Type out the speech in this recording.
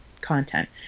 content